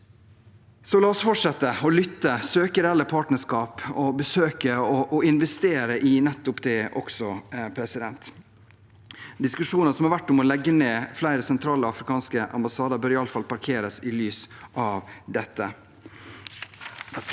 La oss fortsette å lytte, søke reelle partnerskap og besøke og investere i nettopp det også. Diskusjoner som har vært om å legge ned flere sentrale afrikanske ambassader, bør i alle fall parkeres i lys av dette.